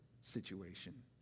situation